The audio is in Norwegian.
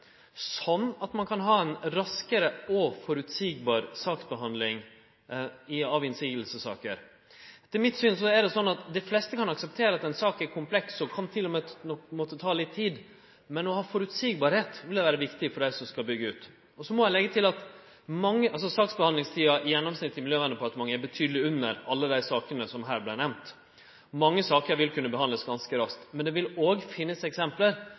at ein kan få raskare og føreseieleg saksbehandling av innseiingssaker. Dei fleste kan akseptere at ein sak er kompleks, og til og med at ho kan ta litt tid, men at det er føreseieleg, er viktig for dei som skal byggje ut. Så må eg leggje til at saksbehandlingstida i Miljøverndepartementet i gjennomsnitt er betydeleg kortare enn alle dei sakene som her vart nemnde. Mange saker vil kunne verte behandla ganske raskt. Men ein vil òg kunne finne eksempel på saker som er store og komplekse, der det er prosesser. Diskusjonen om Lierstranda er eit eksempel